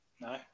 No